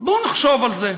בואו נחשוב על זה,